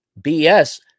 BS